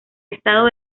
estado